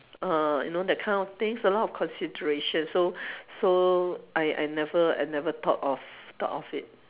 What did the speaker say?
uh you know that kind of things a lot of consideration so so I I never I never thought of thought of it